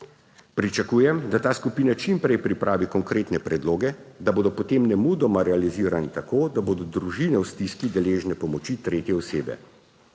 Pričakujem, da ta skupina čim prej pripravi konkretne predloge, da bodo potem nemudoma realizirani tako, da bodo družine v stiski deležne pomoči tretje osebe.